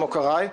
שלמה קרעי,